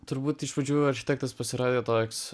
turbūt iš pradžių architektas pasirodė toks